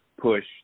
push